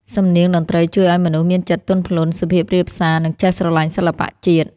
សំនៀងតន្ត្រីជួយឱ្យមនុស្សមានចិត្តទន់ភ្លន់ សុភាពរាបសារ និងចេះស្រឡាញ់សិល្បៈជាតិ។